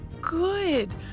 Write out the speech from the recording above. good